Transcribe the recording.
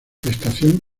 estación